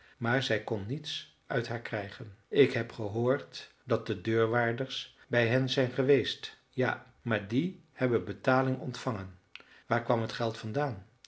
maar zij kon niets uit haar krijgen ik heb gehoord dat de deurwaarders bij hen zijn geweest ja maar die hebben betaling ontvangen waar kwam het geld vandaan